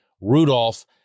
Rudolph